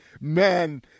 man